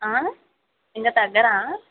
ఇంక తగ్గరా